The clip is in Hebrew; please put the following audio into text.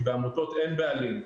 כי בעמותות אין בעלים.